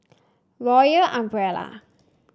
Royal Umbrella